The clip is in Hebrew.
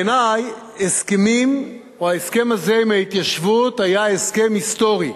בעיני, ההסכם הזה עם ההתיישבות הוא הסכם היסטורי.